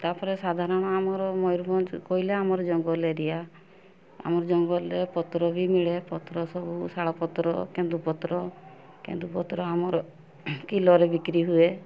ତାପରେ ସାଧାରଣ ଆମର ମୟୁରଭଞ୍ଜ କହିଲେ ଆମର ଜଙ୍ଗଲ ଏରିଆ ଆମର ଜଙ୍ଗଲରେ ପତ୍ର ବି ମିଳେ ପତ୍ର ସବୁ ଶାଳପତ୍ର କେନ୍ଦୁପତ୍ର କେନ୍ଦୁପତ୍ର ଆମର କିଲରେ ବିକ୍ରି ହୁଏ